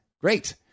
great